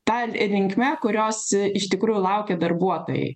ta linkme kurios iš tikrųjų laukia darbuotojai